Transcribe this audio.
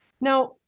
Now